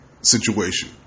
situation